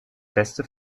beste